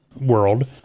world